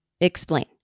explain